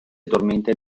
addormenta